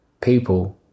people